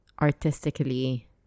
artistically